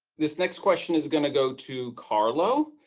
this next question is going to go to carlo.